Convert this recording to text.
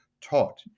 taught